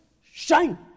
shine